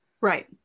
Right